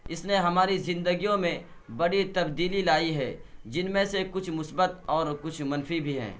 اس نے ہماری زندگیوں میں بڑی تبدیلی لائی ہے جن میں سے کچھ مثبت اور کچھ منفی بھی ہیں